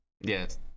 Yes